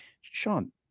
Sean